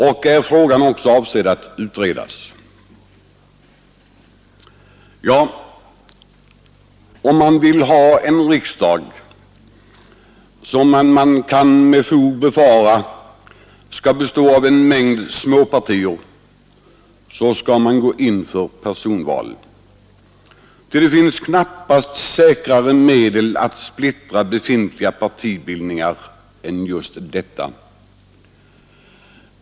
Avsikten är också att utreda den frågan. Om man vill ha en riksdag som vi kan befara skall bestå av en mängd småpartier, så skall man gå in för ett personval, ty det finns knappast något säkrare sätt att splittra befintliga partibildningar än att införa sådana val.